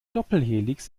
doppelhelix